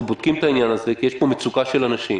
אנחנו בודקים את העניין כי יש פה מצוקה של אנשים